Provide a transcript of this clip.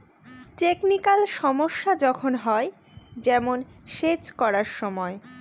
technical সমস্যা যখন হয়, যেমন সেচ করার সময়